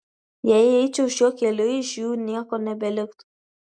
jei eičiau šiuo keliu iš jų nieko nebeliktų